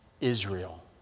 Israel